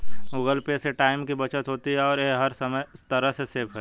Google Pay से time की बचत होती है और ये हर तरह से सेफ है